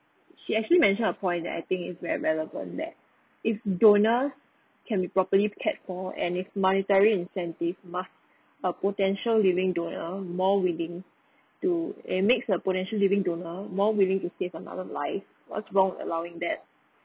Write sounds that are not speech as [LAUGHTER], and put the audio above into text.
she actually mentioned a point that I think is very relevant that if donor can be properly cared for and if monetary incentive must [BREATH] a potential living donor more willing [BREATH] to it makes a potential living donor more willing to save another life what's wrong with allowing that